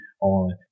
on